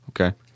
Okay